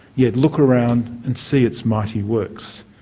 yet look around and see its mighty works.